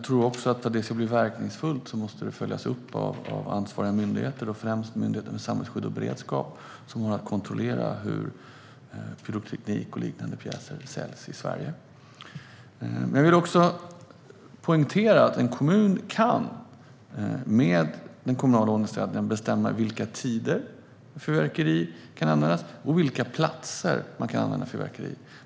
För att det ska bli verkningsfullt måste det också följas upp av ansvariga myndigheter, främst Myndigheten för samhällsskydd och beredskap som har att kontrollera hur pyroteknik och liknande pjäser säljs i Sverige. Jag vill också poängtera att en kommun i och med den kommunala ordningsstadgan kan bestämma under vilka tider och på vilka platser fyrverkerier kan användas.